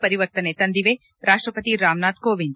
ಪರಿವರ್ತನೆ ತಂದಿವೆ ರಾಷ್ಕ ಪತಿ ರಾಮನಾಥ್ ಕೋವಿಂದ್